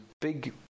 big